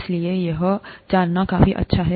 इसलिए यह जानना काफी अच्छा है